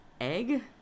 egg